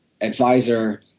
advisor